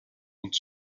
und